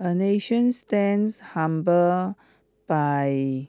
a nation stands humbled by